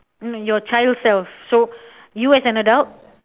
your child self so you as an adult